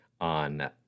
on